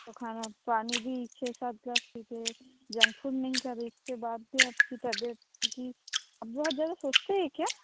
आप तो खाना पानी भी छः सात गिलास पीते है जंक फूड नहीं कभी इसके बाद भी आपकी तबियत क्योंकि आप बहुत ज़्यादा सोचते हैं क्या